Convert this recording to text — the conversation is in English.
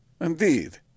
Indeed